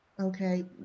Okay